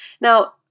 now